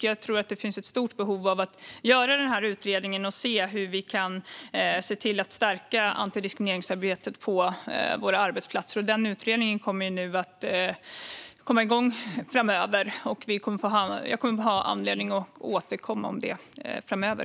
Jag tror att det finns ett stort behov av den här utredningen för att se hur vi kan stärka antidiskrimineringsarbetet på våra arbetsplatser. Utredningen kommer att komma igång framöver. Jag kommer helt enkelt att få anledning att återkomma framöver.